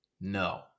no